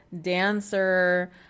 dancer